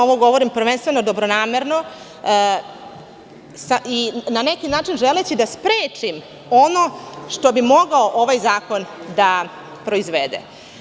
Ovo govorim prvenstveno dobronamerno, na neki način želeći da sprečim ono što bi mogao ovaj zakon da proizvode.